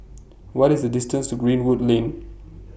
What IS The distance to Greenwood Lane